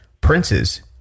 princes